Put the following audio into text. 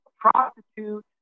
prostitute